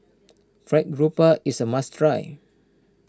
Fried Garoupa is a must try